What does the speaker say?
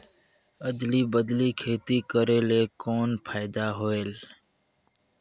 अदली बदली खेती करेले कौन फायदा होयल?